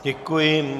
Děkuji.